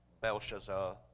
Belshazzar